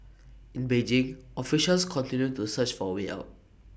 in Beijing officials continue to search for A way out